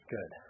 Good